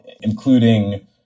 including